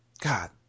God